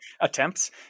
attempts